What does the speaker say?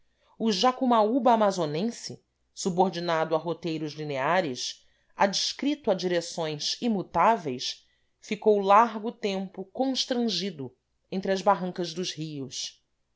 o jacumaúba amazonense subordinado a roteiros lineares adscrito a direções imutáveis ficou largo tempo constrangido entre as barrancas dos rios